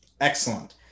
Excellent